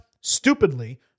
stupidly